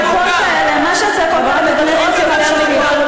אני חושבת שקיבלת מספיק זמן.